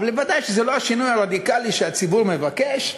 ודאי שזה לא השינוי הרדיקלי שהציבור מבקש,